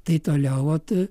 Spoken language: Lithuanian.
tai toliau vat